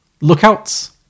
lookouts